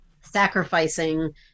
sacrificing